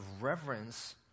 reverence